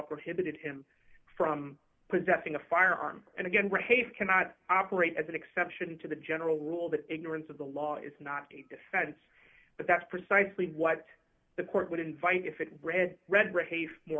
prohibited him from possessing a firearm and again race cannot operate as an exception to the general rule that ignorance of the law is not a defense but that's precisely what the court would invite if it read read